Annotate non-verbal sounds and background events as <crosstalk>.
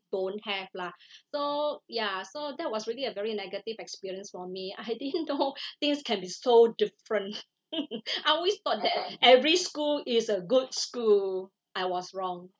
don't have lah <breath> so ya so that was really a very negative experience for me I didn't <noise> know <breath> things can be so different <laughs> I always thought that every school is a good school I was wrong